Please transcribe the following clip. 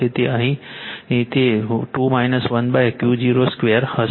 તેથી અહીં તે 2 1Q0 2 હશે